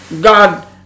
god